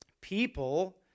People